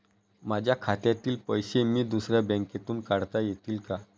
माझ्या खात्यातील पैसे मी दुसऱ्या बँकेतून काढता येतील का?